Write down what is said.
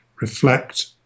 reflect